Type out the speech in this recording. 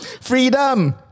Freedom